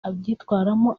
abyitwaramo